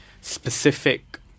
specific